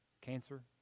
cancer